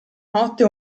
notte